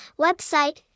website